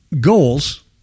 goals